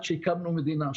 לקח זמן עד שהקמנו מדינה,